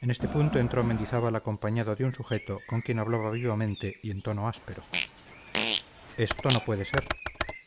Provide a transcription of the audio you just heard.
en este punto entró mendizábal acompañado de un sujeto con quien hablaba vivamente y en tono áspero esto no puede ser